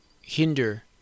hinder